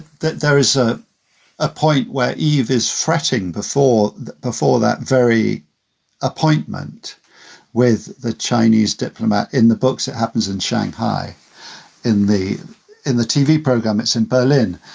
there is ah a point where eve is fretting before before that very appointment with the chinese diplomat in the books. that happens in shanghai in the in the tv program. it's in berlin.